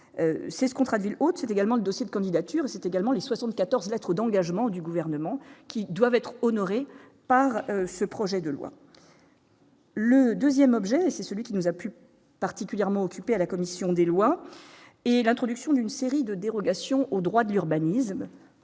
c'est ce contrat de ville hôte, c'est également le dossier de candidature, c'est également les 74 lettre d'engagement du gouvernement qui doivent être honorés par ce projet de loi. Le 2ème objet c'est celui qui nous a pu particulièrement occupé à la commission des lois, et l'introduction d'une série de dérogations au droit de l'urbanisme